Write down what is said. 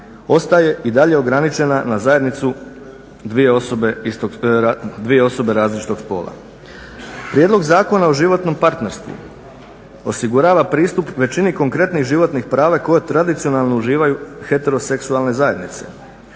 ostaje i dalje ograničena na zajednicu dvije osobe različitog spola. Prijedlog Zakona o životnom partnerstvu osigurava pristup većini konkretnih životnih prava i koje tradicionalno uživaju heteroseksualne zajednice.